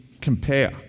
compare